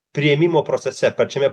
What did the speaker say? priėmimo procese pačiame